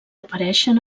apareixen